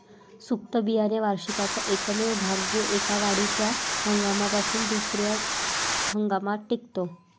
सुप्त बियाणे वार्षिकाचा एकमेव भाग जो एका वाढीच्या हंगामापासून दुसर्या हंगामात टिकतो